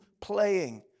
playing